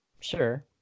Sure